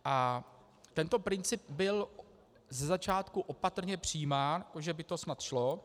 A tento princip byl ze začátku opatrně přijímán, že by to snad šlo.